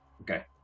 Okay